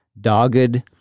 dogged